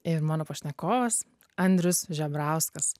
ir mano pašnekovas andrius žebrauskas